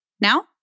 Now